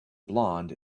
blond